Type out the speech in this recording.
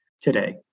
today